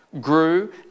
grew